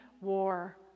war